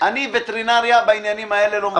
אני בעניינים האלה לא מוותר על וטרינריה.